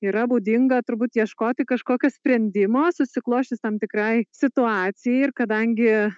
yra būdinga turbūt ieškoti kažkokio sprendimo susiklosčius tam tikrai situacijai ir kadangi